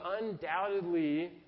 undoubtedly